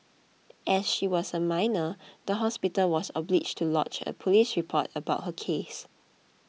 as she was a minor the hospital was obliged to lodge a police report about her case